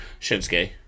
Shinsuke